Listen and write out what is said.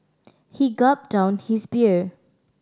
he gulped down his beer